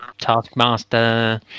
Taskmaster